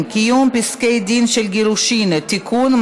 (קיום פסקי דין של גירושין) (תיקון,